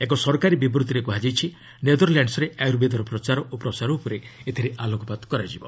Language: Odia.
ଏକ ସରକାରୀ ବିବୃତିରେ କୁହାଯାଇଛି ନେଦରଲ୍ୟାଣ୍ଡ୍ସରେ ଆୟୁର୍ବେଦର ପ୍ରଚାର ଓ ପ୍ରସାର ଉପରେ ଏଥିରେ ଆଲୋକପାତ କରାଯିବ